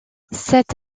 cette